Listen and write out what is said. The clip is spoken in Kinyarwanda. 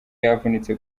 yavunitse